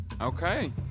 Okay